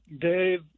Dave